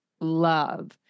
love